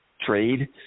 trade